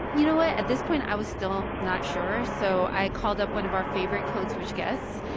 you know what? at this point, i was still not sure, so i called up one of our favorite code switch guests.